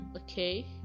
okay